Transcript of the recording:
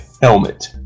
helmet